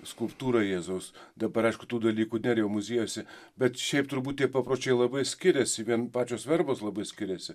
skulptūrą jėzaus dabar aišku tų dalykų nėr jau muziejuose bet šiaip turbūt tie papročiai labai skiriasi vien pačios verbos labai skiriasi